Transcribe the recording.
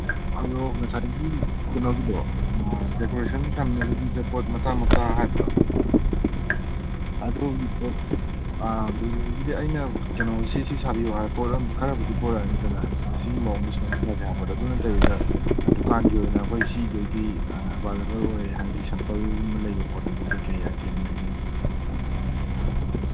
ꯑꯗꯨ ꯉꯁꯥꯏꯒꯤ ꯀꯩꯅꯣꯒꯤꯗꯣ ꯗꯦꯀꯣꯔꯦꯁꯟ ꯊꯝꯅꯕꯒꯤꯗ ꯄꯣꯠ ꯃꯆꯥ ꯃꯆꯥ ꯍꯥꯏꯕꯗꯣ ꯑꯗꯨꯒꯤ ꯄꯣꯠ ꯑꯥ ꯑꯩꯅ ꯀꯩꯅꯣ ꯁꯤ ꯁꯤ ꯁꯥꯕꯤꯌꯣ ꯍꯥꯏꯕ ꯄꯣꯠꯂꯝ ꯈꯔꯕꯨꯗꯤ ꯄꯣꯔꯛꯑꯅꯤꯗꯅ ꯑꯗꯨ ꯁꯤꯒꯤ ꯃꯑꯣꯡꯗ ꯁꯦꯝꯃꯤꯟꯅꯁꯦ ꯍꯥꯏꯕꯗꯣ ꯑꯗꯨ ꯅꯠꯇꯕꯤꯗ ꯗꯨꯀꯥꯟꯒꯤ ꯑꯣꯏꯅ ꯑꯩꯈꯣꯏ ꯁꯤꯒꯩꯗꯤ ꯑꯦꯕꯥꯏꯂꯦꯕꯜ ꯑꯣꯏ ꯍꯥꯏꯗꯤ ꯁꯦꯝꯄꯜꯒꯨꯝꯕ ꯂꯩꯕ ꯄꯣꯠꯇꯨꯗꯤ ꯀꯔꯤ ꯀꯔꯤ ꯑꯥꯏꯇꯦꯝ ꯂꯩꯒꯦ ꯍꯧꯖꯤꯛ ꯍꯧꯖꯤꯛ